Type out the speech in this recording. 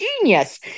genius